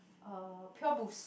uh pure boost